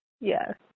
Yes